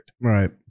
Right